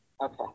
Okay